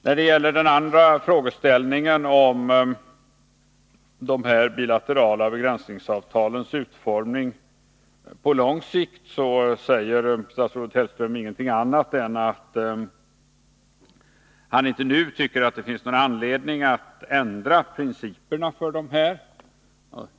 När det gäller den andra frågeställningen, om de bilaterala begränsningsavtalens utformning på lång sikt, säger statsrådet Hellström ingenting annat än att han inte nu tycker att det finns någon anledning att ändra principerna för avtalen.